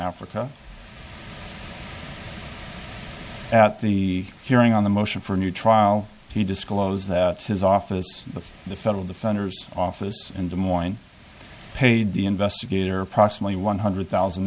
africa at the hearing on the motion for a new trial he disclosed that his office of the federal defender's office in des moines paid the investigator approximately one hundred thousand